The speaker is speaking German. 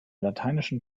lateinischen